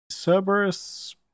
cerberus